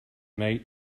mate